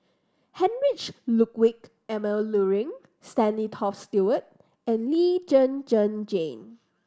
Heinrich Ludwig Emil Luering Stanley Toft Stewart and Lee Zhen Zhen Jane